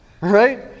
right